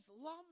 love